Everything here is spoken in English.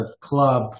club